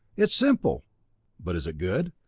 it's simple but is it good?